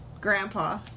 Grandpa